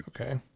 okay